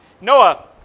Noah